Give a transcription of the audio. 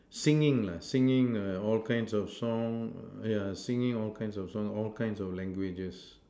singing lah singing err all kinds of song yeah singing all kinds of song all kinds of languages